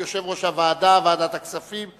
ותיקון זה לחוק ייכנס לספר החוקים של מדינת ישראל.